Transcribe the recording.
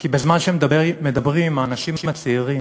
כי בזמן שהאנשים הצעירים